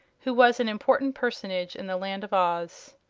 who was an important personage in the land of oz.